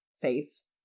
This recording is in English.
face